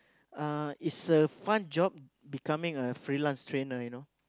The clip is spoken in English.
uh is a fun job becoming a freelance trainer you know